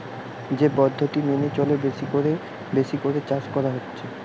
যে পদ্ধতি মেনে চলে বেশি কোরে বেশি করে চাষ করা হচ্ছে